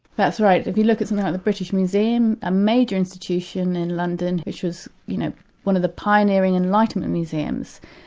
that's right. if you look at something like the british museum, a major institution in london which is you know one of the pioneering enlightenment museums,